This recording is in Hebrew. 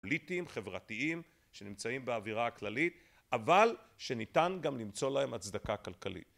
פוליטיים, חברתיים שנמצאים באווירה הכללית, אבל שניתן גם למצוא להם הצדקה כלכלית.